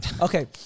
Okay